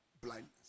blindness